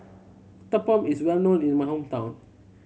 uthapam is well known in my hometown